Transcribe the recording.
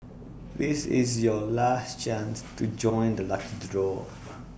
this is your last chance to join the lucky draw